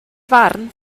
farn